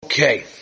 Okay